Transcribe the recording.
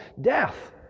death